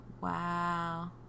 Wow